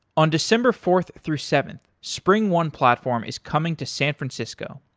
on december fourth through seventh, springone platform is coming to san francisco.